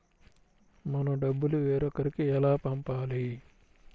మన డబ్బులు వేరొకరికి ఎలా పంపాలి?